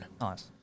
Nice